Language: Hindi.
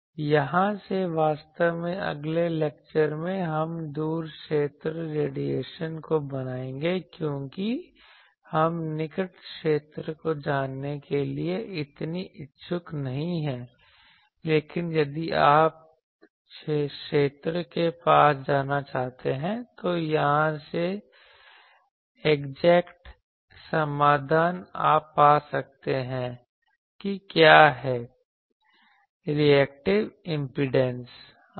यहां से वास्तव में अगले लेक्चर में हम दूर क्षेत्र रेडिएशन को बनाएंगे क्योंकि हम निकट क्षेत्र को जानने के लिए इतने इच्छुक नहीं हैं लेकिन यदि आप क्षेत्र के पास जानना चाहते हैं तो यहां से एग्जैक्ट समाधान आप पा सकते हैं कि क्या है रिएक्टिव इंपेडेंस आदि